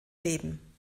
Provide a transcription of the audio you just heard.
leben